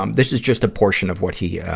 um this is just a portion of what he, yeah